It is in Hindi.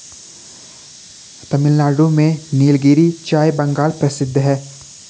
तमिलनाडु में नीलगिरी चाय बागान प्रसिद्ध है